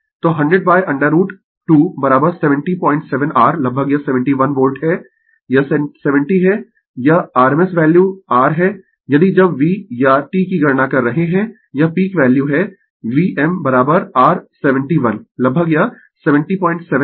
तो 100√ 2 707 r लगभग यह 71 वोल्ट है यह 70 है यह rms वैल्यू r है यदि जब v या t की गणना कर रहे है यह पीक वैल्यू है v m r 71 लगभग यह 707 है